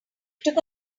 took